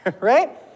right